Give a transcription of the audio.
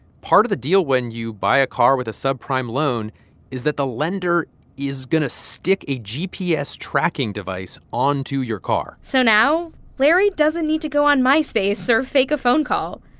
part of the deal when you buy a car with a subprime loan is that the lender is going to stick a gps tracking device onto your car so now larry doesn't need to go on myspace or fake a phone call.